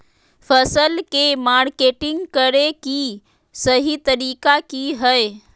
फसल के मार्केटिंग करें कि सही तरीका की हय?